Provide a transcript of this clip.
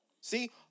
See